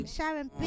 Sharon